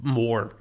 more